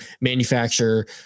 manufacture